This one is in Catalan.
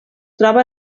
troba